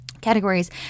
Categories